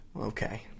Okay